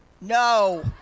no